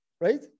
right